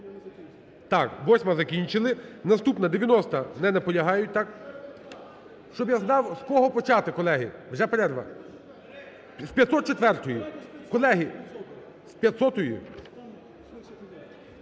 Так, восьма, закінчили. Наступна, 90-а. Не наполягають. Щоб я знав, з кого почати, колеги. Вже перерва. З 504-ї. Колеги? З 500-ї?